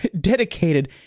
dedicated